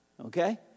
Okay